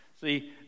See